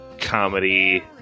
comedy